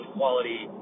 quality